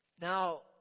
Now